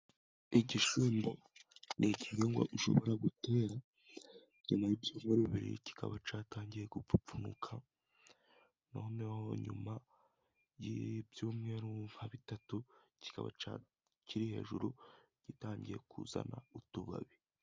Igishyimbo ni igihingwa ushobora gutera, nyuma y'ibyumweru bibiri kikaba cyatangiye gupfupfunuka, noneho nyuma y'ibyumweru nka bitatu kikaba kiri hejuru, gitangiye kuzana utubabi.